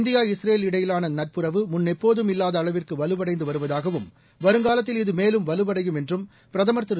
India Israel இடையிலான நட்புறவு முன்னெப்போதும் இல்லாத அளவிற்கு வலுவடைந்து வருவதாகவும் வருங்னலத்தில் இது மேலும் வலுவடையும் என்றும் பிரதமர் திரு